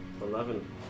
eleven